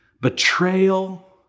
betrayal